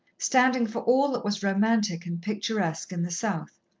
standing for all that was romantic and picturesque in the south.